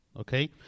Okay